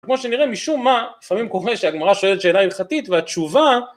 כמו שנראה משום מה, לפעמים קורה שהגמרא שואלת שאלה הלכתית והתשובה